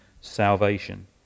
salvation